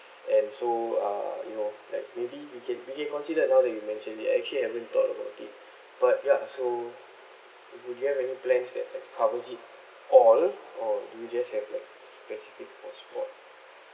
and so uh you know like maybe we can we can consider now that you mentioned it I actually haven't thought about it but ya so if you do have any plans that have cover it for all or do you just have like specific for sports